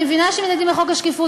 אני מבינה שמתנגדים לחוק השקיפות,